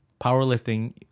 powerlifting